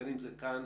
בין אם זה כאן,